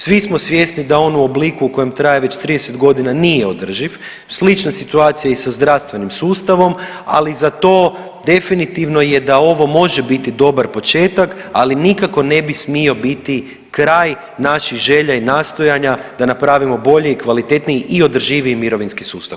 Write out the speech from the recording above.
Svi smo svjesni da on u obliku u kojem traje već 30 godina nije održiv, slična je situacija i sa zdravstvenim sustavom, ali za to definitivno je da ovo može biti dobar početak, ali nikako ne bi smio biti kraj naših želja i nastojanja da napravimo bolji i kvalitetniji i održiviji mirovinski sustav.